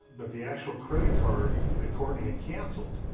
but the actual credit card that courtney had canceled